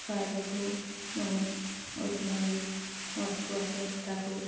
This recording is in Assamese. চৰাইদেউটো বহুত ঐতিহাসিক বস্তু আছে তাতো